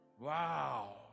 Wow